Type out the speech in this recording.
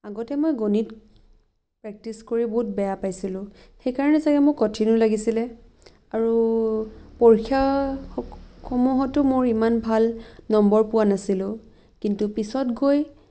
আগতে মই গণিত প্ৰেক্টিছ কৰি বহুত বেয়া পাইছিলোঁ সেইকাৰণে চাগে মোৰ কঠিনো লাগিছিলে আৰু পৰীক্ষা সমূহতো মোৰ ইমান ভাল নম্বৰ পোৱা নাছিলো কিন্তু পিছত গৈ